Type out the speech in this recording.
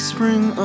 Spring